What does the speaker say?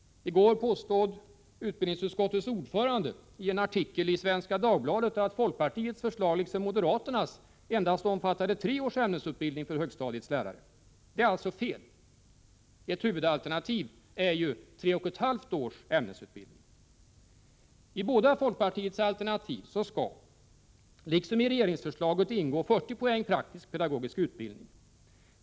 I går påstod utbildningsutskottets ordförande i en artikel i Svenska Dagbladet att folkpartiets förslag, liksom moderaternas, endast omfattade tre års ämnesutbildning för högstadiets lärare. Det är alltså fel. Ett huvudalternativ är ju tre och ett halvt års ämnesutbildning. I båda folkpartiets alternativ skall, liksom i regeringsförslaget, ingå 40 poäng praktisk-pedagogisk utbildning.